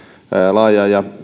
laajaa ja